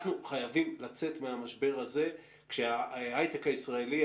אנחנו חייבים לצאת מהמשבר הזה כשההיי-טק הישראלי,